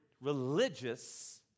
religious